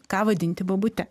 ką vadinti bobute